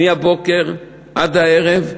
מהבוקר עד הערב.